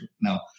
Now